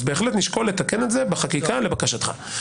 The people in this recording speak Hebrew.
בהחלט נשקול לתקן את זה בחקיקה לבקשתך.